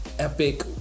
epic